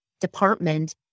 department